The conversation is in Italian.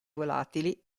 volatili